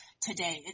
today